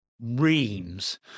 reams